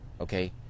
okay